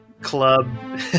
club